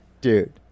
Dude